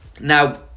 Now